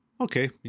Okay